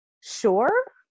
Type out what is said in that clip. sure